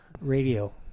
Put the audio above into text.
radio